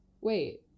wait